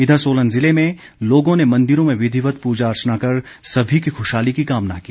इधर सोलन जिले में लोगों ने मंदिरों में विधिवत पूजा अर्चना कर सभी की खुशहाली की कामना की